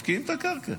מפקיעים את הקרקע,